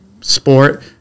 sport